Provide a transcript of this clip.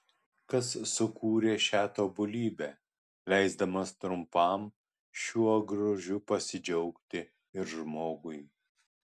kas sukūrė šią tobulybę leisdamas trumpam šiuo grožiu pasidžiaugti ir žmogui